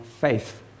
faith